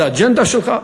זה האג'נדה שלך,